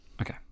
Okay